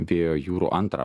vėjo jūrų antrą